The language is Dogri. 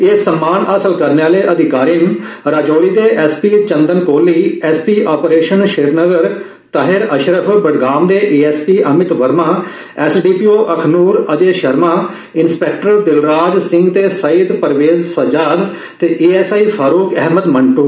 एह् सम्मान हासल करने आले अधिकारी न राजौरी दे SP Chandan Kohli SP operation Srinagar Tahir Ashraf Budgam दे ASP Amit Verma SDPO Akhnoor Ajay Sharma inspector Dilraj Singh ते सईद परवेज सज्जाद ते एएसआई फारूक अहमद मंदु